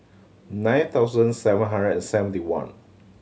nine thousand seven hundred and seventy one